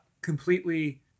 completely